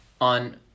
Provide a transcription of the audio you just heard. on